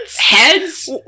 heads